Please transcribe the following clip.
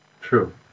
True